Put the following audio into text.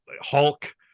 Hulk